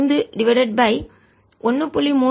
5 divided by 1